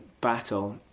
battle